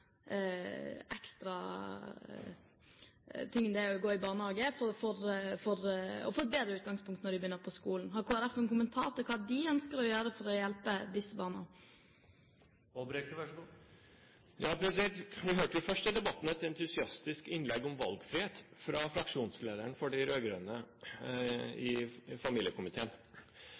ekstra det er å gå i barnehage, for å få et bedre utgangspunkt når de begynner på skolen. Har Kristelig Folkeparti noen kommentar til hva de ønsker å gjøre for å hjelpe disse barna? Vi hørte jo først i debatten et entusiastisk innlegg om valgfrihet fra fraksjonslederen for de rød-grønne i familiekomiteen.